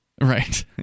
Right